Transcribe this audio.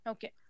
Okay